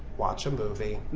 watch a movie.